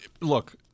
Look